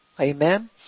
Amen